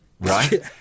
right